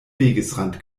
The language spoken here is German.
wegesrand